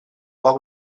poc